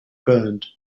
burned